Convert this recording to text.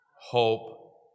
hope